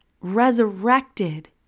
resurrected